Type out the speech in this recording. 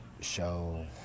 show